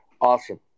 Awesome